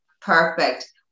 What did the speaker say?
Perfect